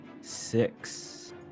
Six